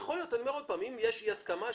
אם יש אי הסכמה,